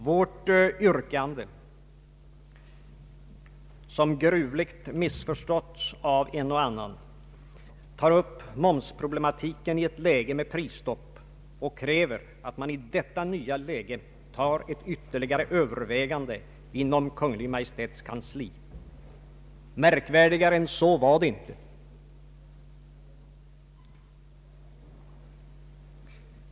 Vårt yrkande, som gruvligt missförståtts av en och annan, tar upp momsproblematiken i ett läge med prisstopp, och vi anser att man i detta nya läge bör göra ett ytterligare övervägande inom Kungl. Maj:ts kansli. Märkvärdigare än så var det inte.